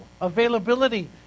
Availability